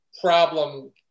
problem